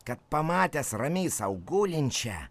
kad pamatęs ramiai sau gulinčią